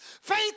Faith